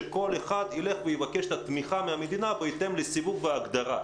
שכל אחד ילך ויבקש את התמיכה מהמדינה בהתאם לסיווג ולהגדרה,